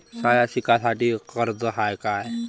शाळा शिकासाठी कर्ज हाय का?